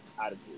attitude